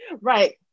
right